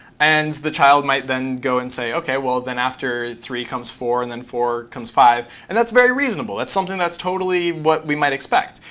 and the child might then go and say, ok, well then after three comes four, and then four comes five. and that's very reasonable. that's something that's totally what we might expect,